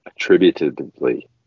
attributively